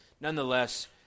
Nonetheless